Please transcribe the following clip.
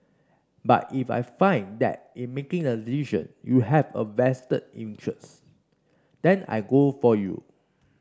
but if I find that in making the decision you have a vested interest then I go for you